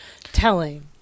telling